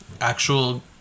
actual